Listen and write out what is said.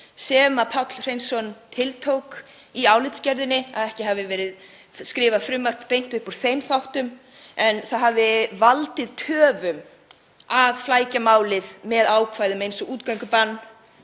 sem Páll Hreinsson tiltók í álitsgerðinni, að ekki hafi verið skrifað frumvarp beint upp úr þeim þáttum, það hafi valdið töfum að flækja málið með ákvæðum eins og um útgöngubann